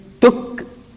took